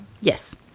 Yes